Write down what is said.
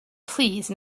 please